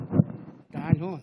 תעאל להון.